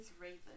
raven